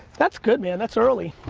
that's good man, that's early.